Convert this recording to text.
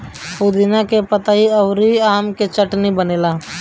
पुदीना के पतइ अउरी आम के चटनी बनेला